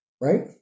Right